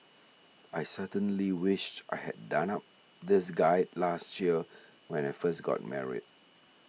I certainly wish I had done up this guide last year when I first got married